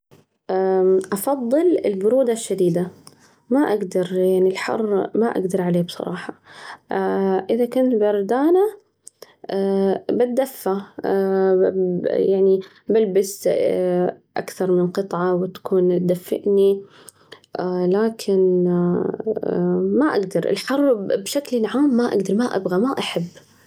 أفضل البرودة الشديدة، ما أجدر يعني الحر ما أجدر عليه بصراحة، إذا كنت بردانة، بتدفى، يعني بلبس أكثر من قطعة وتكون تدفئني، لكن ما أجدر الحر بشكل عام، ما أقدر، ما أبغى ، ما أحب.